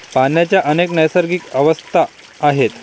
पाण्याच्या अनेक नैसर्गिक अवस्था आहेत